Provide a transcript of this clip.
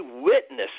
witness